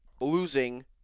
losing